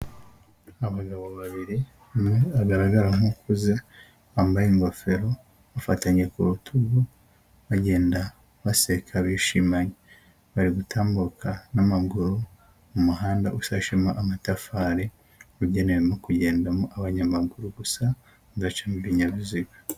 Abagabo babiri umwe agaragara nk'ukuze wambaye ingofero bafatanye ku rutugu bagenda baseka bishimanye, bari gutambuka n'amaguru mu muhanda ushashemo amatafari ugenewe kugendamo abanyamaguru gusa hagacamo n'ibinyabiziga.